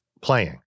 playing